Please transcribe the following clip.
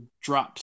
drops